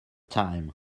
time